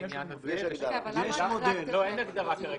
כרגע אין הגדרה בחוק.